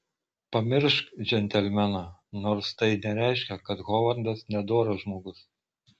pamiršk džentelmeną nors tai nereiškia kad hovardas nedoras žmogus